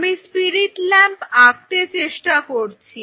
আমি spirit lamp আঁকতে চেষ্টা করছি